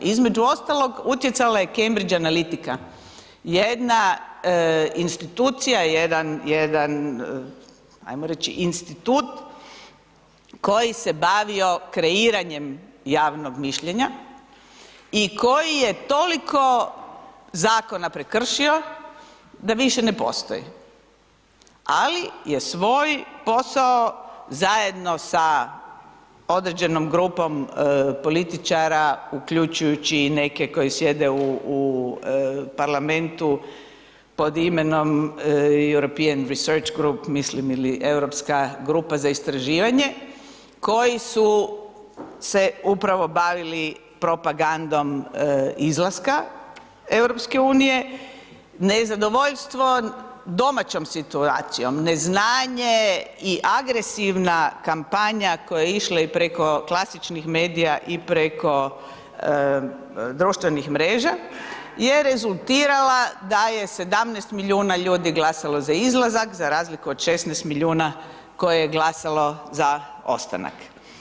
Između ostalog utjecala je Cambridge analitika, jedna institucija, jedan ajmo reći institut koji se bavio kreiranjem javnog mišljenja i koji je toliko zakona prekrši da više ne postoji ali je svoj posao zajedno sa određenom grupom političara uključujući i neke koji sjede u Parlamentu pod imenom European research group mislim ili Europska grupa za istraživanje, koji su se upravo bavili propagandom izlaska EU-a, nezadovoljstvo domaćom situacijom, neznanje i agresivna kampanja koja je išla preko klasičnih medija i preko društvenih mreža je rezultirala da je 17 milijuna glasalo za izlazak za razliku od 16 milijuna koje je glasalo za ostanak.